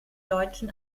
deutschen